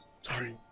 Sorry